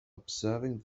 observing